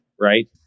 right